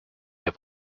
your